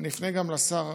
אני אפנה גם לשר,